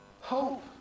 hope